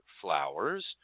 flowers